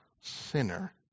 sinner